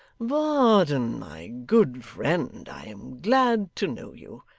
varden, my good friend, i am glad to know you.